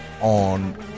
on